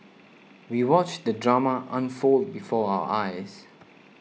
we watched the drama unfold before our eyes